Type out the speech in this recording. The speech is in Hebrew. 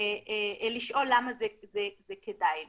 לשאול למה זה כדאי לי.